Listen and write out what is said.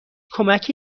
کمکی